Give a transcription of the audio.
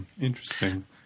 Interesting